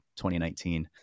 2019